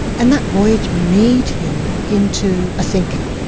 and that voyage made him into a thinker.